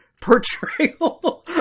portrayal